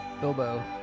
Bilbo